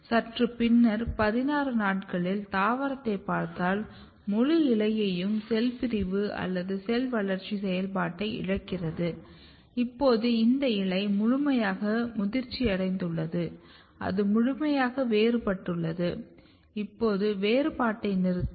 சற்று பின்னர்16 நாட்களில் தாவரத்தைப் பார்த்தால் முழு இலையையும் செல் பிரிவு அல்லது செல் வளர்ச்சி செயல்பாட்டை இழக்கிறது இப்போது இந்த இலை முழுமையாக முதிர்ச்சியடைந்துள்ளது அது முழுமையாக வேறுபடுத்தப்பட்டுள்ளது இப்போது வேறுபாட்டை நிறுத்தும்